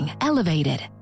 elevated